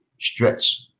stretch